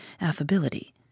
affability